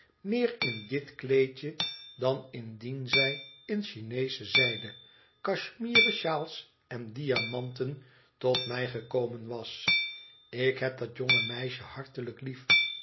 meer in dit kleedje dan indien zij in chineesche zijde cashemieren sjaals en diamanten tot mij gekomen was ik heb dat jonge meisje hartelijk lief